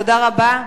תודה רבה.